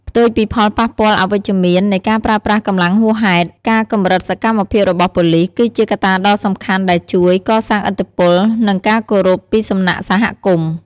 ផ្ទុយពីផលប៉ះពាល់អវិជ្ជមាននៃការប្រើប្រាស់កម្លាំងហួសហេតុ ការកម្រិតសកម្មភាពរបស់ប៉ូលីស គឺជាកត្តាដ៏សំខាន់ដែលជួយ កសាងឥទ្ធិពល និងការគោរព ពីសំណាក់សហគមន៍។